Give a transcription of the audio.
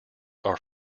are